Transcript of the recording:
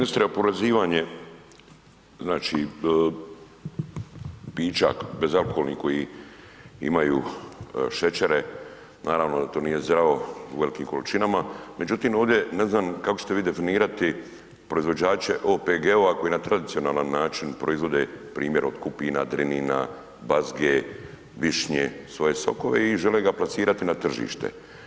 Ministre oporezivanje, znači pića bezalkoholnih koji imaju šećere, naravno da to nije zdravo u velikim količinama, međutim ovde ne znam kako ćete vi definirati proizvođače OPG-ova koji na tradicionalan način proizvode primjer od kupina, drenina, bazge, višnje svoje sokove i žele ga plasirati na tržište.